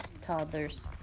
toddlers